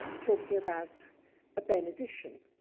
talking about a behn edition,